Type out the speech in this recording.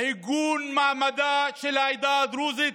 עיגון מעמדה של העדה הדרוזית